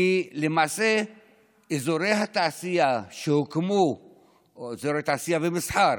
כי אזורי התעשייה או אזורי התעשייה והמסחר